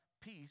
peace